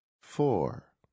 Four